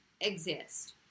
exist